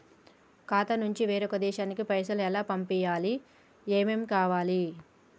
ఖాతా నుంచి వేరొక దేశానికి పైసలు ఎలా పంపియ్యాలి? ఏమేం కావాలి?